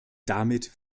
damit